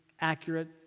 accurate